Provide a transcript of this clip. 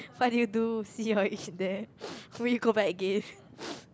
what did you do what did you all eat there will you go back again